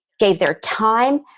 gave their time,